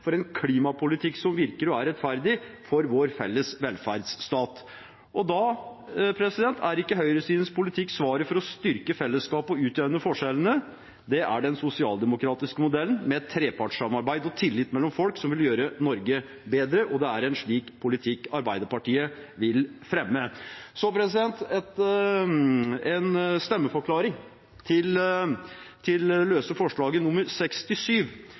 for en klimapolitikk som virker og er rettferdig, for vår felles velferdsstat. Høyresidens politikk er ikke svaret for å styrke fellesskapet og utjevne forskjellene. Det er den sosialdemokratiske modellen med et trepartssamarbeid og tillit mellom folk som vil gjøre Norge bedre, og det er en slik politikk Arbeiderpartiet vil fremme. Så til en stemmeforklaring. Arbeiderpartiet vil støtte det løse forslaget nr. 67